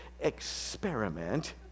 experiment